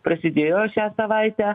prasidėjo šią savaitę